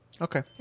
Okay